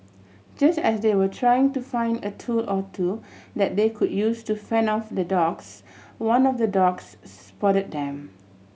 just as they were trying to find a tool or two that they could use to fend off the dogs one of the dogs spot them